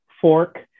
fork